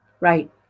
Right